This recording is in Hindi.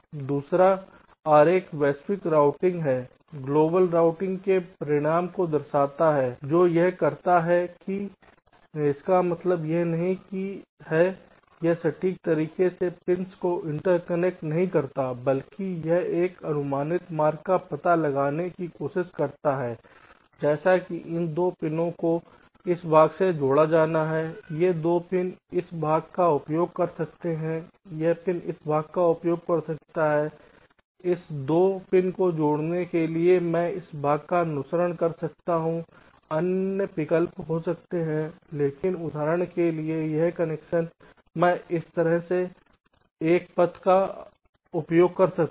दूसरा आरेख वैश्विक रूटिंग दर्शाता है ग्लोबल रूटिंग के परिणाम को दर्शाता है जो यह करता है कि इसका मतलब यह नहीं है यह सटीक तरीके से पिंस को इंटरकनेक्ट नहीं करता है बल्कि यह एक अनुमानित मार्ग का पता लगाने की कोशिश करता है जैसे कि इन 2 पिनों को इस भाग से जोड़ा जाना है ये 2 पिन इस भाग का उपयोग कर सकते हैं यह पिन इस भाग का उपयोग कर सकता है इस 2 पिन को जोड़ने के लिए मैं इस भाग का अनुसरण कर सकता हूं अन्य विकल्प हो सकते हैंक्योंकि उदाहरण के लिए यह कनेक्शन मैं इस तरह से एक पथ का उपयोग कर सकता था